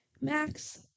Max